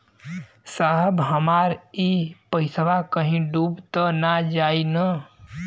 साहब हमार इ पइसवा कहि डूब त ना जाई न?